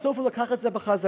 בסוף הוא לקח את זה בחזרה.